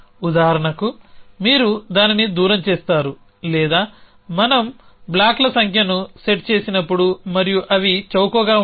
ఉదాహరణకు మీరు దానిని దూరం చేస్తారు లేదా మనం బ్లాక్ల సంఖ్యను సెట్ చేసినప్పుడు మరియు అవి చౌకగా ఉంటాయి